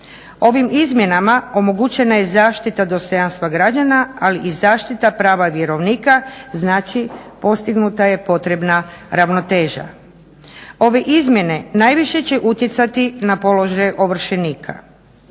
Ovim izmjenama omogućena je zaštita dostojanstva građana ali i zaštita prava vjerovnika znači, postignuta je potrebna ravnoteža. Ove izmjene najviše će utjecati na položaj ovršenika.